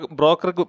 broker